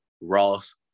Ross